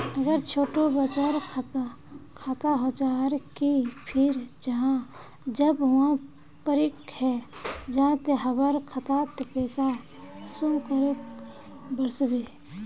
अगर छोटो बच्चार खाता होचे आर फिर जब वहाँ परिपक है जहा ते वहार खातात पैसा कुंसम करे वस्बे?